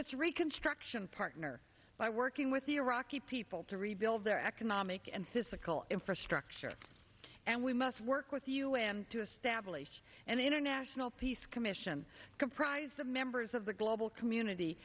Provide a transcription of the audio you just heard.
us reconstruction partner by working with the iraqi people to rebuild their economic and physical infrastructure and we must work with the u n to establish an international peace commission comprised of members of the global community